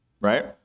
right